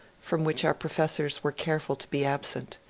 from which our professors were careful to be absent.